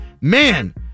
Man